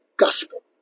gospel